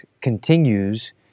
continues